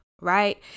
right